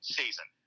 season